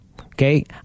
Okay